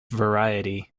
variety